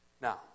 Now